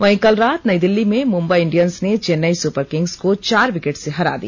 वहीं कल रात नई दिल्ली में मुंबई इंडियंस ने चेन्नई सुपर किंग्स को चार विकेट से हरा दिया